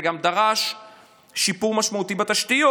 זה גם דרש שיפור משמעותי בתשתיות.